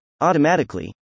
Automatically